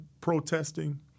protesting